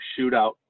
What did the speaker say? shootout